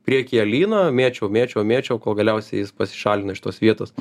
priekyje lyną mėčiau mėčiau mėčiau kol galiausiai jis pasišalino iš tos vietos